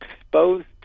exposed